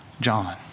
John